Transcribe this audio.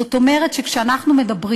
זאת אומרת, כשאנחנו מדברים,